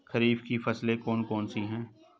खरीफ की फसलें कौन कौन सी हैं?